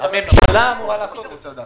הממשלה אמורה לעשות את זה.